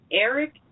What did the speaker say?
Eric